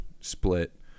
split